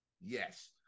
yes